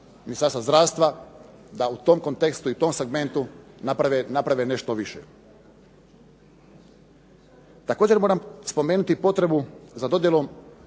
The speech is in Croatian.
zdravstva da u tom kontekstu i u tom segmentu naprave nešto više. Također moramo spomenuti i potrebu za dodjelom